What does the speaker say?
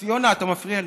יוסי יונה, אתה מפריע לי.